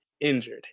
injured